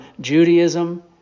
Judaism